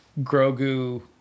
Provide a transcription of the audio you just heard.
Grogu